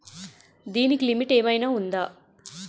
దీనికి లిమిట్ ఆమైనా ఉందా?